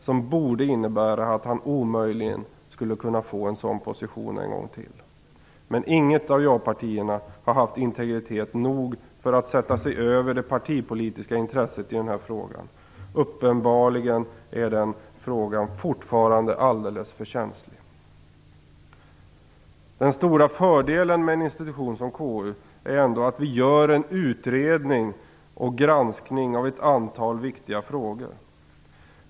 De borde innebära att han omöjligen kan få en sådan position en gång till. Men inget av ja-partierna har haft integritet nog för att sätta sig över det partipolitiska intresset i den här frågan. Den frågan är uppenbarligen fortfarande alldeles för känslig. Den stora fördelen med en institution som KU är ändå att vi gör en utredning och granskning av ett antal viktiga frågor.